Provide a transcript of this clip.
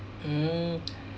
mm